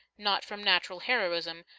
not from natural heroism,